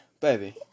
Baby